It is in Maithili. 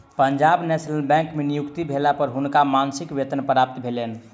पंजाब नेशनल बैंक में नियुक्ति भेला पर हुनका मासिक वेतन प्राप्त भेलैन